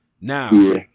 now